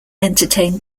entertained